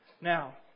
Now